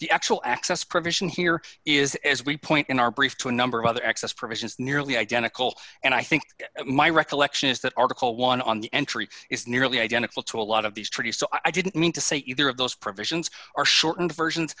the actual access provision here is as we point in our brief to a number of other access provisions nearly identical and i think my recollection is that article one on the entry is nearly identical to a lot of these treaties so i didn't mean to say either of those provisions are shortened versions